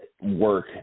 work